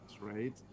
right